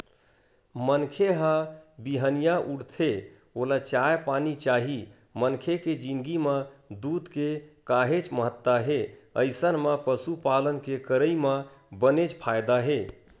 मनखे ह बिहनिया उठथे ओला चाय पानी चाही मनखे के जिनगी म दूद के काहेच महत्ता हे अइसन म पसुपालन के करई म बनेच फायदा हे